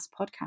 podcast